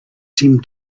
seem